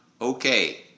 okay